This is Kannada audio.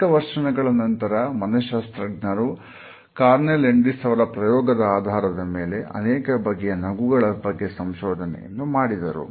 ಅನೇಕ ವರ್ಷಗಳ ನಂತರ ಮನಶಾಸ್ತ್ರಜ್ಞರು ಕಾರ್ನೆ ಲ್ಯಾಂಡಿಸ್ ಅವರ ಪ್ರಯೋಗದ ಆಧಾರದ ಮೇಲೆ ಅನೇಕ ಬಗೆಯ ನಗು ಗಳ ಬಗ್ಗೆ ಸಂಶೋಧನೆ ಮಾಡಿದರು